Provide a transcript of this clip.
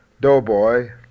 Doughboy